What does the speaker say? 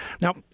Now